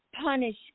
punish